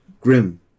Grim